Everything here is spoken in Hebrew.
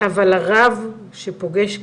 לא, אבל הרב שפוגש קטין,